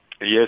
Yes